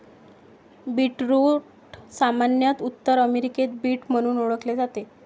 beetroot सामान्यत उत्तर अमेरिकेत बीट म्हणून ओळखले जाते